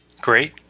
Great